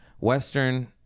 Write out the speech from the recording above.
Western